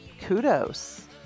kudos